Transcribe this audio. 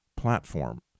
platform